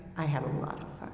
i had a lot of